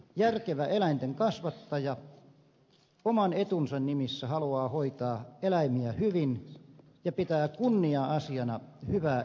järkevä eläintenkasvattaja oman etunsa nimissä haluaa hoitaa eläimiä hyvin ja pitää kunnia asiana hyvää eläintenhoitoa